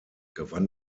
gewann